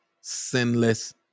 sinless